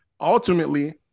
ultimately